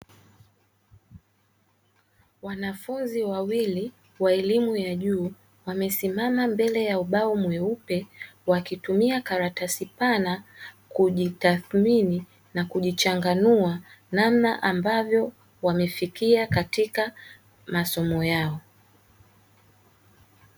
Wanafunzi wawili wa elimu ya juu wamesimama mbele ya ubao mweupe, wakitumia karatasi pana kujitathmini na kujichanganua namna ambavyo wamefikia katika masomo yao.